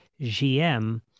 GM